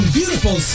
beautiful